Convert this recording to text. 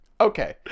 Okay